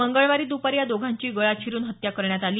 मंगळवारी दुपारी या दोघांची गळा चीरुन हत्या करण्यात आली